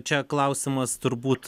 čia klausimas turbūt